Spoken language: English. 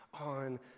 on